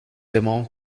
démon